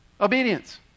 Obedience